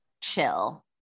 chill